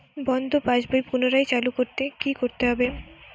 বন্ধ পাশ বই পুনরায় চালু করতে কি করতে হবে?